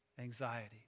anxiety